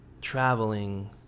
traveling